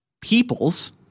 peoples